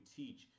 teach